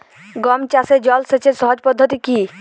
গম চাষে জল সেচের সহজ পদ্ধতি কি?